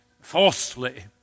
falsely